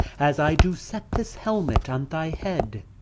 as i do set this helmet on thy head,